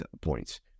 points